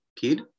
kid